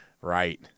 Right